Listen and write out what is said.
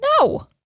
No